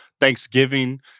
Thanksgiving